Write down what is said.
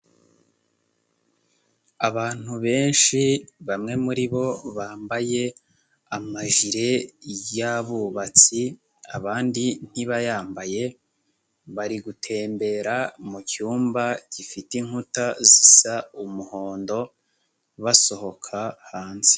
Abantu benshi, bamwe muri bo bambaye amajire y'abubatsi, abandi ntibayambaye, bari gutembera mu cyumba gifite inkuta zisa umuhondo, basohoka hanze.